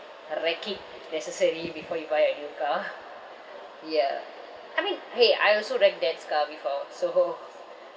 wreck it necessary before you buy a new car ya I mean !hey! I also wrecked dad's car before so